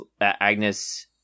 Agnes